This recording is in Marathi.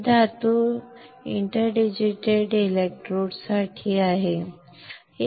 हे धातू इंटरडिजिटेटेड इलेक्ट्रोड साठी आहे